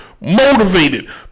motivated